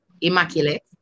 Immaculate